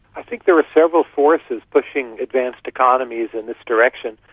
i think there are several forces pushing advanced economies in this direction,